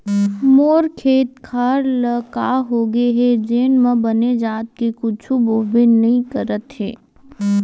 मोर खेत खार ल का होगे हे जेन म बने जात के कुछु होबे नइ करत हे